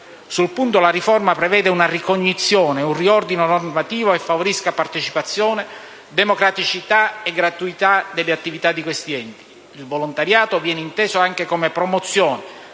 Sul punto la riforma prevede una ricognizione e un riordino normativo che favorisca partecipazione, democraticità e gratuità delle attività di questi enti. Il volontariato viene inteso anche come promozione